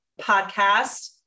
podcast